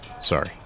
Sorry